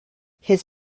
his